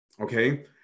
Okay